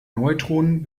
neutronen